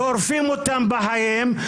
שורפים אותם בחיים,